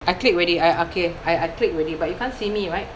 I clicked already I okay I I clicked already but you can't see me right